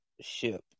ship